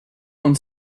one